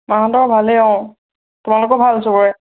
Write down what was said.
মাহঁতৰ ভালেই অঁ তোমালোকৰ ভাল চবৰে